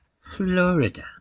Florida